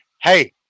hey